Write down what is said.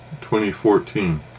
2014